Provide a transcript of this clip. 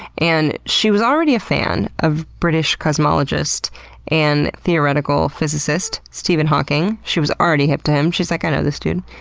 and she was already a fan of british cosmologist and theoretical physicist, stephen hawking. she was already hip to him. she's like, i know this dude.